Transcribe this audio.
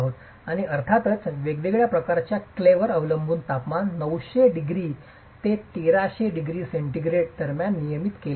आणि अर्थातच वेगवेगळ्या प्रकारच्या क्लेवर अवलंबून तापमान 900 डिग्री ते 1300 डिग्री सेंटीग्रेड दरम्यान नियमित केले जाते